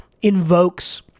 invokes